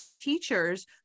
teachers